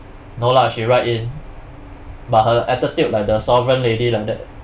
no lah she write in but her attitude like the sovereign lady like that